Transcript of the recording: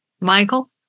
Michael